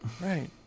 Right